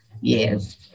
Yes